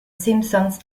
simpsons